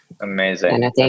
Amazing